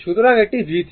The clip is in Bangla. সুতরাং এটি V3